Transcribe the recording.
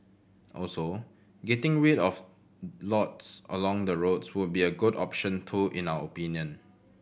also getting rid of lots along the roads would be a good option too in our opinion